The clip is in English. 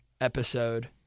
episode